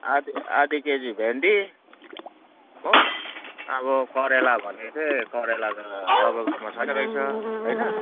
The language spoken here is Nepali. आधा आधा केजी भेन्डी हो अब करेला भनेको थिएँ करेला त तपाईँकोमा छैन रहेछ होइन